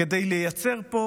כדי לייצר פה